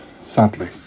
sadly